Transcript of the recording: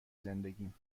زندگیم